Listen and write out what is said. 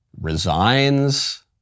resigns